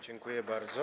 Dziękuję bardzo.